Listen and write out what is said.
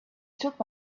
took